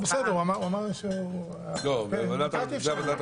הוא אמר שהוא בעד,